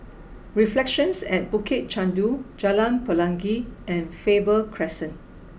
reflections at Bukit Chandu Jalan Pelangi and Faber Crescent